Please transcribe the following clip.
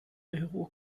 euro